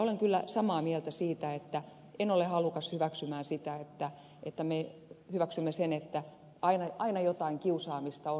olen kyllä samaa mieltä siitä että en ole halukas hyväksymään sitä että me hyväksymme sen että aina jotain kiusaamista on